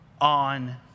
on